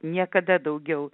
niekada daugiau